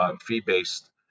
fee-based